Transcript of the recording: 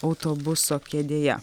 autobuso kėdėje